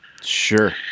Sure